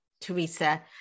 Teresa